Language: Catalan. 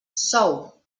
sou